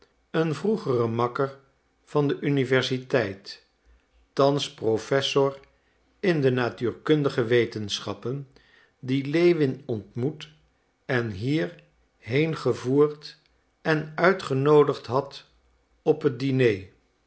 een vroegere makker van de universiteit thans professor in de natuurkundige wetenschappen die lewin ontmoet en hier heen gevoerd en uitgenoodigd had op het diner